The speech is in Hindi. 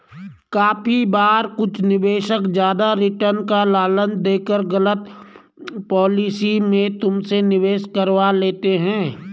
काफी बार कुछ निवेशक ज्यादा रिटर्न का लालच देकर गलत पॉलिसी में तुमसे निवेश करवा लेते हैं